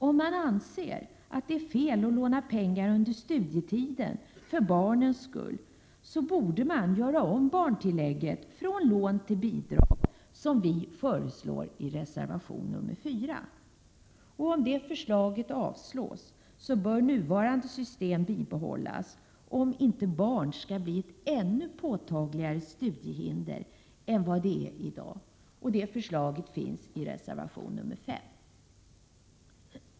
Om man anser att det är fel att studerande lånar pengar under studietiden för barnens skull borde man göra om barntillägget från lån till bidrag, som vi föreslår i reservation nr 4. Om det förslaget avslås bör nuvarande system bibehållas, om inte barn skall bli ett ännu påtagligare studiehinder än de är i dag. Det förslaget finns i reservation nr 5.